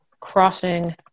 crossing